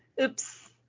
Oops